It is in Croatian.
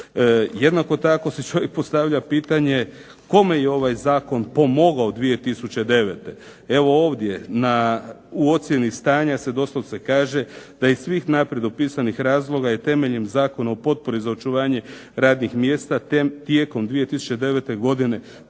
Jednako tako si čovjek postavlja pitanje kome je zakon pomogao 2009. Evo ovdje u ocjeni stanja se doslovce kaže da iz svih naprijed opisanih razloga i temeljem Zakona o potpori za očuvanje radnih mjesta tijekom 2009. godine podnijeto